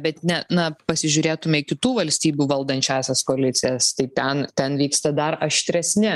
bet ne na pasižiūrėtume į kitų valstybių valdančiąsias koalicijas tai ten ten vyksta dar aštresni